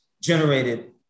generated